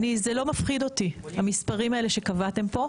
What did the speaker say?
זה לא מפחיד אותי, המספרים האלה שקבעתם פה,